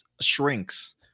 shrinks